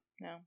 No